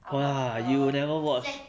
!wah! you never watch